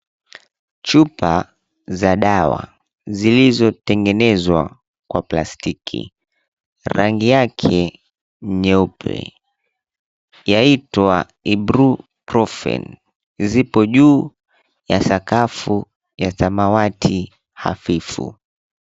Chupa za dawa zilizotengenezwa kwa plastiki rangi yake nyeupe yaitwa Ibuprofen zipo ju ya sakafu ya samawati hafifu.